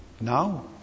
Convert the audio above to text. now